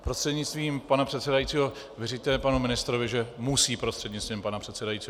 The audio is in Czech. Prostřednictvím pana předsedajícího vyřiďte panu ministrovi, že musí prostřednictvím pana předsedajícího.